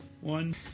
one